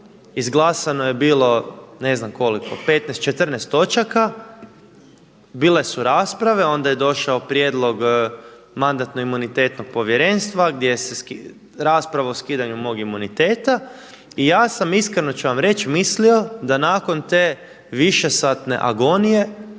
izglasano je bilo ne znam koliko 15, 14 točaka, bile su rasprave onda je došao prijedlog Mandatno-imunitetno povjerenstva rasprava o skidanju mog imuniteta i ja sam iskreno ću vam reći mislio da nakon te višesatne agonije